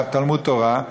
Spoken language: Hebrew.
מתלמוד-התורה,